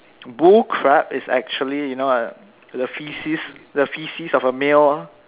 bull crap is actually you know ah the faeces the faeces of a male